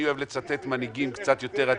אני אוהב לצטט מנהיגים קצת יותר עתיקים: